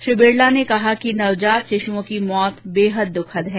श्री बिरला ने कहा कि नवजात शिश्ओं की मौत बेहद दःखद है